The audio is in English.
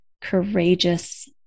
courageous